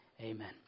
Amen